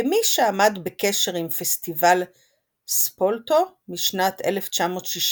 כמי שעמד בקשר עם פסטיבל ספולטו משנת 1968,